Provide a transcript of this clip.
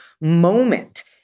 moment